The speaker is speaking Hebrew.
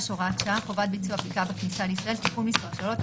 (הוראת שעה) (חובת ביצוע בדיקה בכניסה לישראל) (תיקון מס' 3),